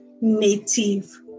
native